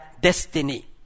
destiny